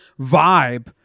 vibe